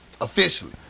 Officially